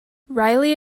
riley